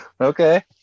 Okay